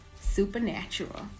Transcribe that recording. Supernatural